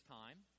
time